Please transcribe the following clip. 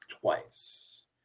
twice